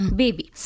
baby